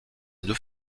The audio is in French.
deux